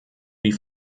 die